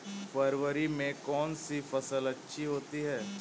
फरवरी में कौन सी फ़सल अच्छी होती है?